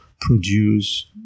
produce